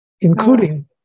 Including